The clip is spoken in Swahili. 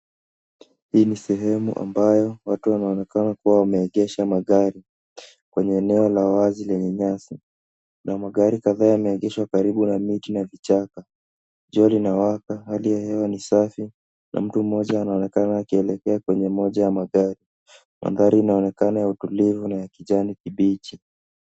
Hii ni sehemu ambayo watu wanaonekana kuwa wameegesha magari kwenye eneo la wazi lenye nyasi, na magari kadhaa yameegeshwa karibu na miti na vichaka. Jua linawaka, hali ya hewa ni safi na mtu mmoja anaonekana akielekea kwenye moja ya magari. Mandhari inaonekana ya utulivu na ya kijani kibichi.